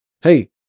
hey